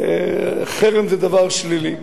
חרם זה דבר שלילי.